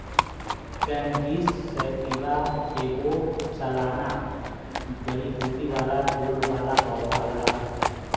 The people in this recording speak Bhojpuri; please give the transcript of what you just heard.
कैनबिस सैटिवा ऐगो सालाना जड़ीबूटी वाला फूल वाला पौधा होला